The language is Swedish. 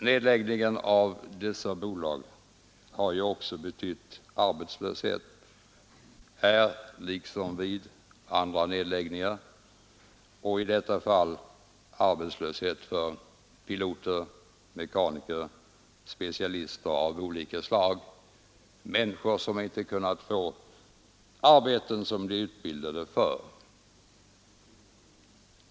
Nedläggningen av dessa bolag har ju också betytt arbetslöshet, liksom vid andra nedläggningar, och i detta fall för piloter, mekaniker och specialister av olika slag, människor som inte kunnat få arbeten som de är utbildade för.